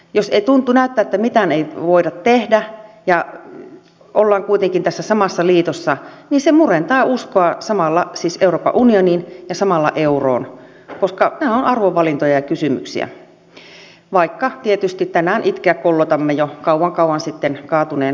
jos näyttää että mitään ei voida tehdä ja ollaan kuitenkin tässä samassa liitossa niin se murentaa uskoa euroopan unioniin ja samalla euroon koska nämä ovat arvovalintoja ja kysymyksiä vaikka tietysti tänään itkeä kollotamme jo kauan kauan sitten kaatuneen maidon perään